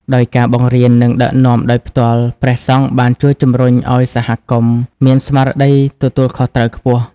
ដោយការបង្រៀន និងដឹកនាំដោយផ្ទាល់ ព្រះសង្ឃបានជួយជំរុញឱ្យសហគមន៍មាន ស្មារតីទទួលខុសត្រូវខ្ពស់។